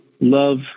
love